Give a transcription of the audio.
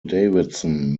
davidson